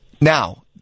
Now